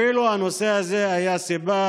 אפילו הנושא הזה היה סיבה,